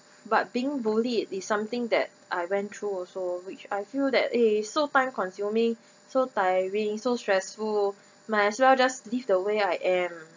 but being bullied is something that I went through also which I feel that eh so time consuming so tiring so stressful might as well just live the way I am